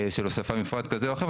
של הוספת מפרט כזה או אחר,